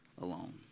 alone